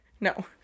No